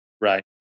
Right